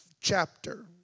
chapter